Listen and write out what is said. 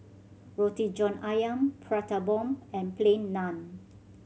Roti John Ayam Prata Bomb and Plain Naan